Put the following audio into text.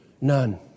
None